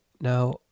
now